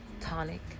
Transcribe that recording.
tonic